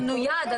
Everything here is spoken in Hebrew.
הוא נוייד.